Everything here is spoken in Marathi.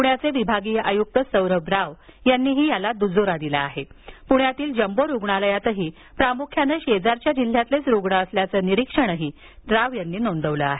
पुण्याचे विभागीय आयुक्त सौरभ राव यांनीही याला दुजोरा दिला असून पुण्यातील जम्बो रुग्णालयातही प्रामुख्यानं शेजारच्या जिल्ह्यातीलच रुग्ण असल्याचं निरीक्षण नोंदवलं आहे